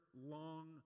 long